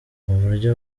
uburyo